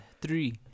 three